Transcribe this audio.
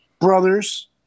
brothers